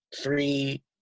three